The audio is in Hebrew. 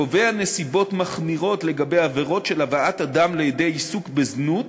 הקובע נסיבות מחמירות לגבי עבירות של הבאת אדם לידי עיסוק בזנות